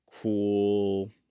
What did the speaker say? cool